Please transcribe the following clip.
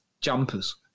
jumpers